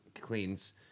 cleans